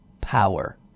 power